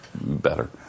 better